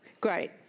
Great